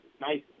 nice